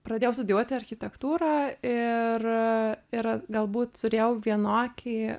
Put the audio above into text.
pradėjau studijuoti architektūrą ir yra galbūt turėjau vienokį